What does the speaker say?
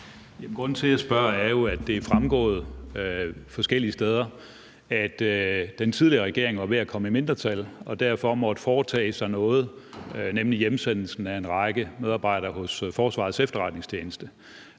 Grunden til, at jeg spørger, er jo, at det er fremgået forskellige steder, at den tidligere regering var ved at komme i mindretal og derfor måtte foretage sig noget, nemlig hjemsendelsen af en række medarbejdere hos Forsvarets Efterretningstjeneste.